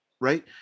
right